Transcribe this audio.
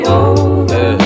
over